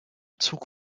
zug